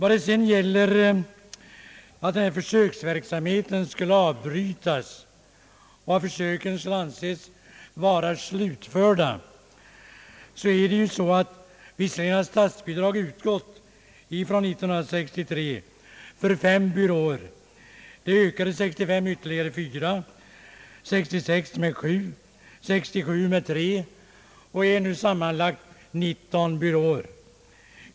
Den pågående försöksverksamheten, som skall avbrytas då försöken anses vara slutförda, fick år 1963 statsbidrag för fem byråer, år 1965 för ytterligare fyra, 1966 för sju och 1967 för ytterligare tre, eller sammanlagt 19 byråer.